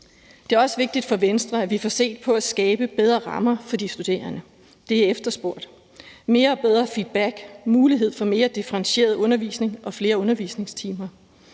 Det er også vigtigt for Venstre, at vi får set på at skabe bedre rammer for de studerende, hvilket er efterspurgt: mere og bedre feedback, mulighed for mere differentieret undervisning og flere undervisningstimer,